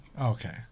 Okay